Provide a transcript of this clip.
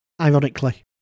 Ironically